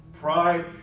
Pride